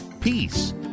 Peace